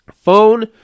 phone